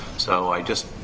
so i just,